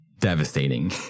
devastating